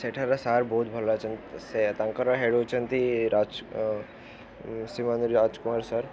ସେଠାର ସାର୍ ବହୁତ ଭଲ ଅଛନ୍ତି ସେ ତାଙ୍କର ହେଡ଼୍ ହେଉଛନ୍ତି ରାଜ କୁମାର ସାର୍